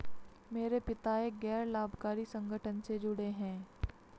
मेरे पिता एक गैर लाभकारी संगठन से जुड़े हैं